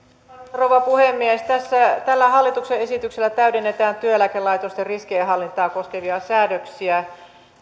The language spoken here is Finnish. rouva puhemies tällä hallituksen esityksellä täydennetään työeläkelaitosten riskienhallintaa koskevia säädöksiä